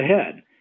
ahead